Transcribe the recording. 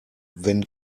wenn